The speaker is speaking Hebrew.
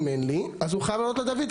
אם אין לי אז הוא חייב לעלות לדוידקה.